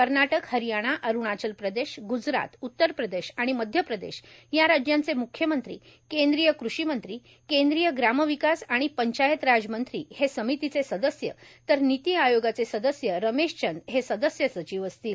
कर्नाटक हरियाणा अरुणाचल प्रदेश ग्जरात उत्तर प्रदेश आणि मध्य प्रदेश या राज्यांचे म्ख्यमंत्री केंद्रीय कृषी मंत्री केंद्रीय ग्राम विकास आणि पंचायतराज मंत्री हे समितीचे सदस्य तर निती आयोगाचे सदस्य रमेशचंद हे सदस्य सचिव असतील